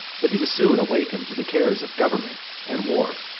but he was soon awakened to the cares of government and war.